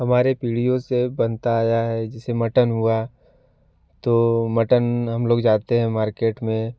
हमारे पीढ़ियों से बनता आया है जैसे मटन हुआ तो मटन हम लोग जाते हैं मार्केट में